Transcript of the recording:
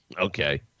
Okay